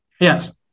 Yes